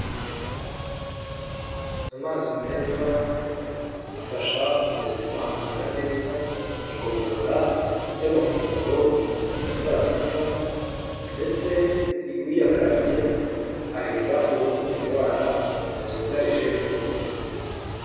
Amazi meza afasha ubuzima kumera neza mu igogora ry'amafunguro ya saa sita ndetse uyakarabye arinda uruhu indwara zugarije uruhu.